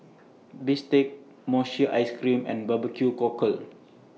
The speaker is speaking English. Bistake Mochi Ice Cream and Barbecue Cockle